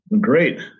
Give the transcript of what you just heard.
great